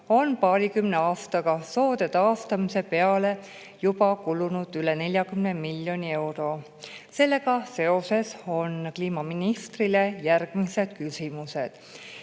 on paarikümne aastaga kulunud soode taastamise peale juba üle 40 miljoni euro. Sellega seoses on kliimaministrile järgmised küsimused.